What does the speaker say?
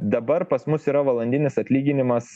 dabar pas mus yra valandinis atlyginimas